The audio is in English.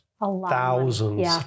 thousands